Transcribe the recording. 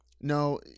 No